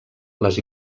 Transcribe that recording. les